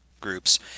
groups